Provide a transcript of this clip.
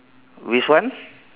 which one